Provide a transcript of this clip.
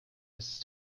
ist